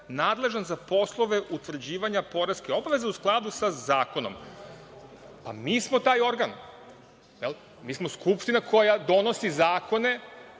nadležan za poslove utvrđivanja poreske obaveze u skladu sa zakonom. Pa mi smo taj organ. Mi smo Skupština koja donosi zakone